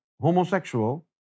homosexual